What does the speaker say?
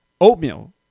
oatmeal